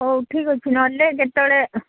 ହଉ ଠିକ୍ ଅଛି ନହେଲେ ଯେତେବେଳେ